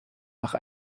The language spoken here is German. nach